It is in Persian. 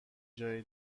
جایی